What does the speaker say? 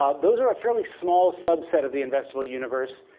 um those are a fairly small subset of the investable universe.